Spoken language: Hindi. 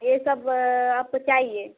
यह सब आपको चाहिए